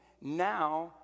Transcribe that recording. now